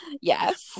Yes